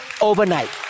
overnight